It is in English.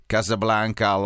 Casablanca